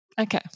okay